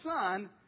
son